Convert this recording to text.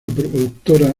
productora